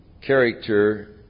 character